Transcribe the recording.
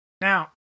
now